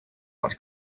not